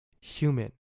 human